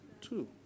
Two